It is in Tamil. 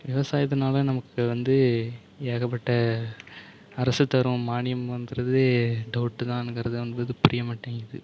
விவசாயத்துனால் நமக்கு வந்து ஏகப்பட்ட அரசு தரும் மானியம்ங்கிறது டவுட்டு தாணுங்கிறது வந்து அது புரிய மாட்டேங்குது